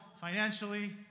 financially